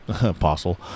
Apostle